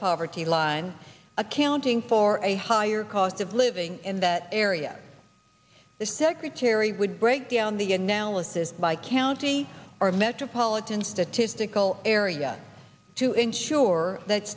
poverty line accounting for a higher cost of living in that area the secretary would break down the analysis by county or metropolitan statistical area to ensure that